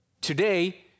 Today